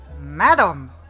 Madam